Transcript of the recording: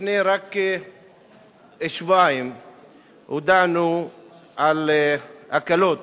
רק לפני כשבועיים הודענו על הקלות